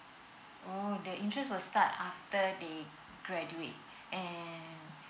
oh the interest will start after they graduate and